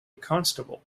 constable